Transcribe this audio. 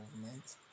movement